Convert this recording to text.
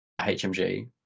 hmg